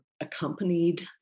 accompanied